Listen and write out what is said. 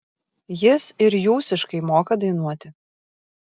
jis ir jūsiškai moka dainuoti